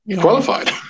qualified